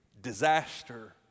disaster